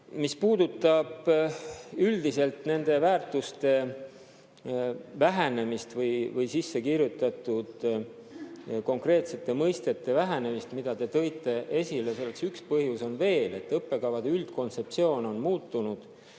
üle. Mis puudutab üldiselt nende väärtuste vähenemist või sisse kirjutatud konkreetsete mõistete vähenemist, mida te tõite esile, siis siin üks põhjus on see, et õppekavade üldkontseptsioon on muutunud.